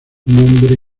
nombre